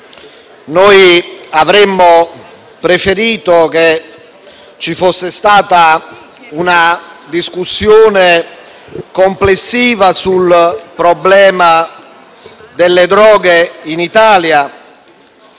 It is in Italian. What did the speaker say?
avremmo preferito che ci fosse stata una discussione complessiva sul problema delle droghe in Italia.